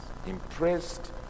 Impressed